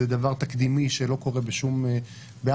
זה דבר תקדימי שלא קורה בשום חברה.